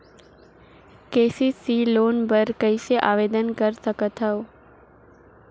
KCC loan बर कइसे आवेदन कर सकथव?